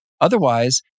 Otherwise